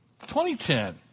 2010